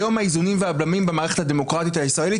היום האיזונים והבלמים במערכת הדמוקרטית הישראלית